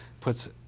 puts